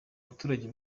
abaturage